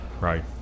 Right